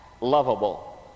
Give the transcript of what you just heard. lovable